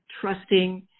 trusting